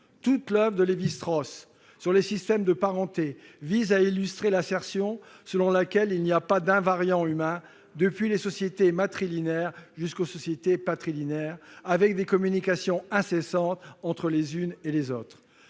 Toute l'oeuvre de Lévi-Strauss sur les systèmes de parenté vise à illustrer l'assertion selon laquelle il n'y a pas d'invariants humains, depuis les sociétés matrilinéaires jusqu'aux sociétés patrilinéaires, avec des communications incessantes entre les unes et les autres.